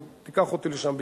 תיקח אותי לשם בהזדמנות.